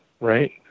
right